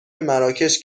مراکش